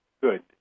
Good